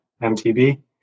MTB